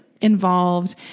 involved